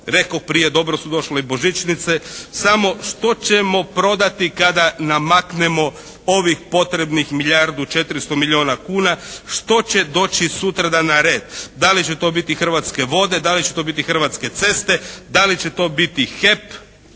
Rekao prije dobro su došle i božićnice. Samo što ćemo prodati kada namaknemo ovih potrebnih milijardu 400 milijuna kuna? Što će doći sutradan na red? Da li će to biti Hrvatske vode? Da li će to biti Hrvatske ceste? Da li će to biti HEP?